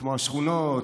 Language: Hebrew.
כמו השכונות,